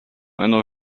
einer